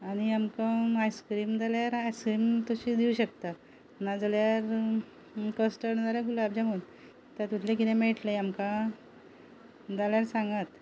आनी आमकां ice cream ice cream तशी दिवंक शकता ना जाल्यार कस्टर्ड ना जाल्यार गुलाब जामून तातूंतलें कितें मेळटलें आमकां जाल्यार सांगात